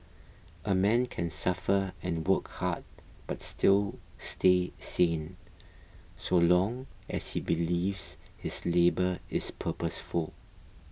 a man can suffer and work hard but still stay sane so long as he believes his labour is purposeful